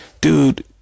dude